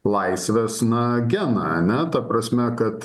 laisvės na geną ane ta prasme kad